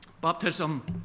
Baptism